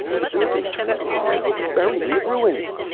the building's turning over and we'll be buried in the ruins!